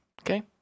okay